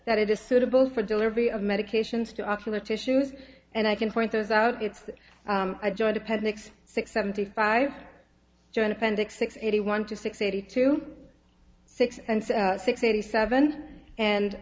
that it is suitable for delivery of medications to ocular tissues and i can point those out it's a joint appendix six seventy five joint appendix six eighty one to six eighty two six and six eighty seven and